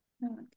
No